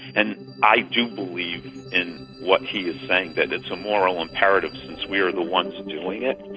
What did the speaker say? and i do believe in what he is saying, that it's a moral imperative since we are the ones doing it,